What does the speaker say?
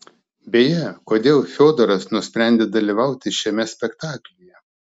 beje kodėl fiodoras nusprendė dalyvauti šiame spektaklyje